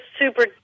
super